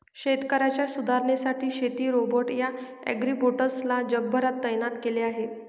शेतकऱ्यांच्या सुधारणेसाठी शेती रोबोट या ॲग्रीबोट्स ला जगभरात तैनात केल आहे